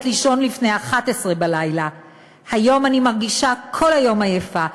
לישון לפני 23:00. היום אני מרגישה כל היום עייפה.